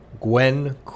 Gwen